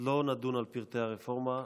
לא נדון על פרטי הרפורמה,